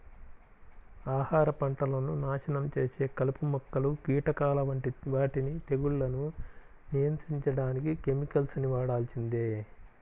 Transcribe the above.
ఆహార పంటలను నాశనం చేసే కలుపు మొక్కలు, కీటకాల వంటి వాటిని తెగుళ్లను నియంత్రించడానికి కెమికల్స్ ని వాడాల్సిందే